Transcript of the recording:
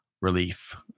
Relief